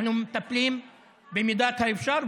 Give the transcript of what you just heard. אנחנו מטפלים במידת האפשר,